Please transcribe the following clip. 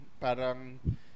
Parang